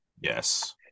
Yes